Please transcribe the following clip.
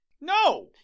no